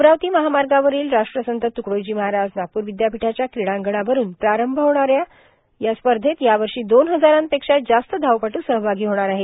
अमरावती महामागावरोल राष्ट्रसंतु तुकडोजी महाराज नागपूर विद्यापीठाच्या क्रिडांगणावरून प्रारंभ होणाऱ्या स्पधत यावर्षा दोन हजारांपेक्षा जास्त धावपटू सहभागी होणार आहेत